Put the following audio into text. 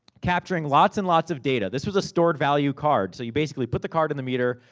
capturing lots and lots of data. this was a stored-value card. so, you basically put the card in the meter,